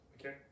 Okay